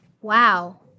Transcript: Wow